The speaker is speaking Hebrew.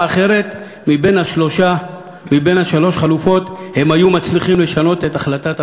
אחרת בשלוש החלופות הם היו מצליחים לשנות את החלטת הממשלה.